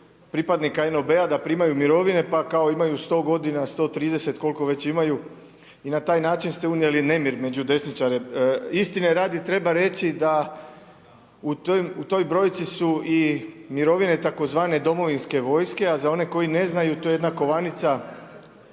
još toliko NOB-a da primaju mirovine, pa kao imaju 100 g. 130 koliko već imaju i na taj način ste unijeli nemir među desničare. Istine radi, treba reći da u toj brojci su i mirovine tzv. domovinske vojske, a za one koji ne znaju, to je jedna kovanica,